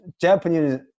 Japanese